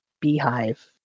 beehive